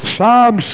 Psalm